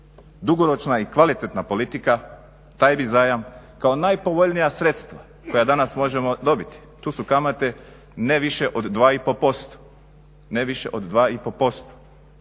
Dugoročna i kvalitetna politika taj bi zajam kao najpovoljnija sredstva koja danas možemo dobiti, tu su kamate ne više od 2,5%. Rok otplate